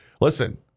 listen